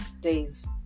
days